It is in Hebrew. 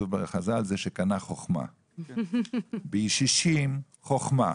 אצל חז"ל זה שקנה חוכמה, בישישים חוכמה.